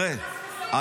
שנייה,